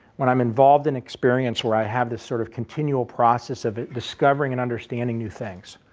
when i'm involved in experience where i have this sort of continual process of it, discovering and understanding new things.